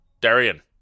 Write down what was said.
Darian